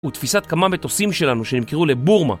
ותפיסת כמה מטוסים שלנו שנמכרו לבורמה